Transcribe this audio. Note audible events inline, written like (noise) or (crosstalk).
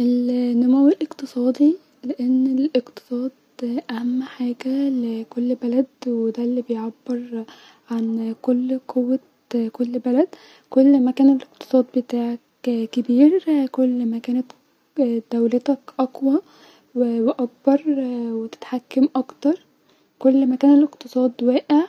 ال (hesitation) نمو الاقتصادي-لان الاقتصاد اهم حاجه لكل بلد-ودا الي بيعبر-عن كل قوه كل بلد كل ما كان الاقتصاد بتاعك كبير كل ما كنت (hesitation) دولتك اقوي-واكبر-وتتحكم اكتر-كل ما كان الاقتصاد واقع